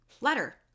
letter